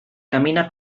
camina